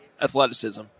athleticism